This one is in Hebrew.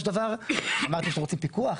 אמרתם שאתם רוצים פיקוח,